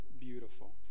beautiful